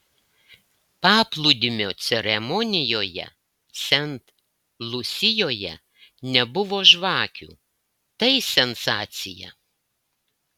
paplūdimio ceremonijoje sent lusijoje nebuvo žvakių tai sensacija